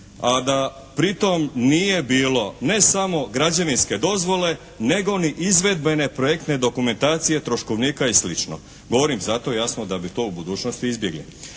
a da pritom nije bilo ne samo građevinske dozvole nego ni izvedbene projektne dokumentacije, troškovnika i slično. Govorim zato jasno da bi to u budućnosti izbjegli.